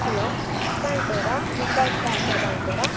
hello ಬ್ಯಾಂಕವರಾ ವಿಕಾಸ ಆಶಾ ಬ್ಯಾಂಕವರಾ